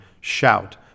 shout